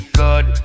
good